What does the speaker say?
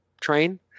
train